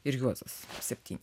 ir juozas septyni